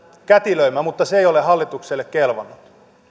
kätilöimään mutta se ei ole hallitukselle kelvannut